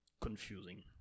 confusing